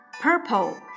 purple